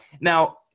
Now